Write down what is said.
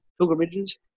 pilgrimages